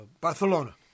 Barcelona